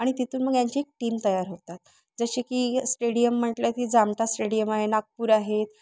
आणि तिथून मग यांची एक टीम तयार होतात जसे की स्टेडियम म्हटलं ती जामठा स्टेडियम आहे नागपूर आहेत